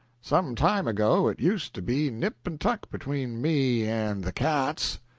some time ago it used to be nip and tuck between me and the cats,